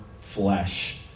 flesh